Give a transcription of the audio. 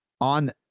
on